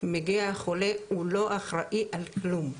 מגיע החולה, הוא לא אחראי על כלום.